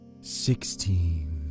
Sixteen